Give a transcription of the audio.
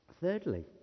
Thirdly